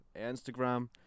Instagram